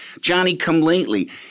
Johnny-come-lately